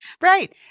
Right